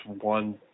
one